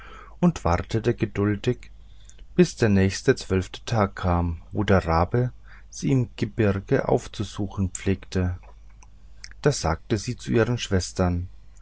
und wartete geduldig bis der nächste zwölfte tag kam wo der rabe sie im gebirge auszusuchen pflegte da sagte sie zu ihren schwestern